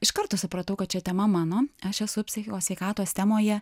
iš karto supratau kad čiz tema mano aš esu psichikos sveikatos temoje